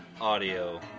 audio